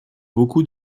beaucoup